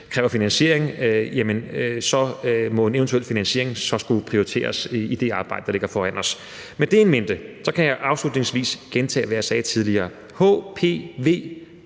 kræver finansiering, må en eventuel finansiering så skulle prioriteres i det arbejde, der ligger foran os. Med det in mente kan jeg afslutningsvis gentage, hvad jeg sagde tidligere: